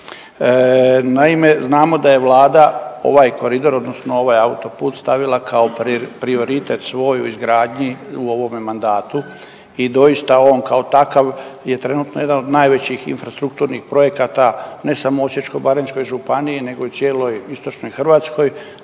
Naime, znamo da je vlada ovaj koridor odnosno ovaj autoput stavila kao prioritet svoj u izgradnji u ovome mandatu i doista on kao takav je trenutno jedan od najvećih infrastrukturnih projekata ne samo u Osječko-baranjskoj županiji nego i u cijeloj istočnoj Hrvatskoj,